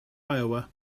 iowa